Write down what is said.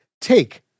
Take